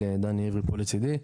דני עברי פה לצדי.